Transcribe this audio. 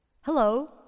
Hello